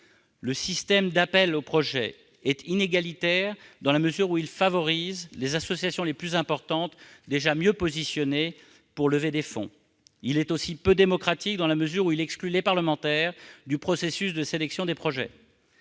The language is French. Le système d'« appel à projets » est inégalitaire, dans la mesure où il favorise les associations les plus importantes, lesquelles sont déjà les mieux positionnées pour lever des fonds. Il est aussi peu démocratique, car il exclut les parlementaires du processus de sélection des projets.